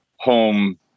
home